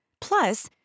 Plus